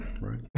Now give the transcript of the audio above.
right